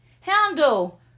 Handle